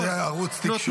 זה ערוץ תקשורת.